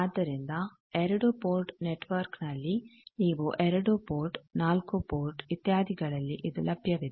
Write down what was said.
ಆದ್ದರಿಂದ 2 port network ನಲ್ಲಿ ಇವು 2 ಪೋರ್ಟ್ 4 ಪೋರ್ಟ್ ಇತ್ಯಾದಿಗಳಲ್ಲಿ ಇದು ಲಭ್ಯವಿದೆ